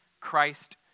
Christ